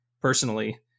personally